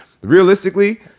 realistically